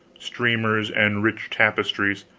streamers, and rich tapestries,